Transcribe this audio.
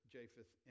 Japheth